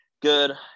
Good